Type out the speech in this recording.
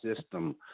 system